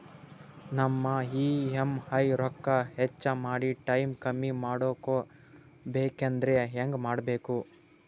ನಮ್ಮ ಇ.ಎಂ.ಐ ರೊಕ್ಕ ಹೆಚ್ಚ ಮಾಡಿ ಟೈಮ್ ಕಮ್ಮಿ ಮಾಡಿಕೊ ಬೆಕಾಗ್ಯದ್ರಿ ಹೆಂಗ ಮಾಡಬೇಕು?